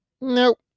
Nope